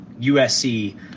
USC